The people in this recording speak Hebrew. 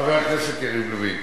חבר הכנסת יריב לוין,